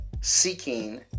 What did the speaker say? seeking